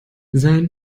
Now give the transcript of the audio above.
sein